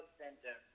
center